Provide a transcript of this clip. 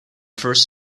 first